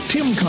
Tim